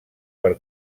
per